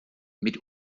mit